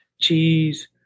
cheese